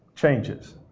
Changes